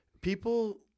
people